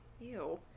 Ew